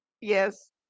yes